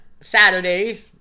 Saturdays